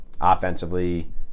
offensively